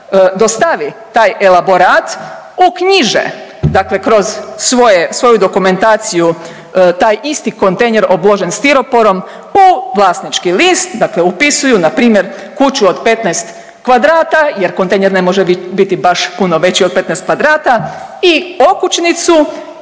dostavi taj elaborat uknjiže kroz svoju dokumentaciju taj isti kontejner obložen stiroporom u vlasnički list, dakle upisuju npr. kuću od 15 kvadrata jer kontejner ne može biti baš puno veći od 15 kvadrata i okućnicu